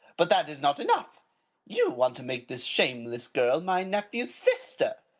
but that is not enough you want to make this shameless girl my nephew's sister,